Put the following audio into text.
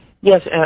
Yes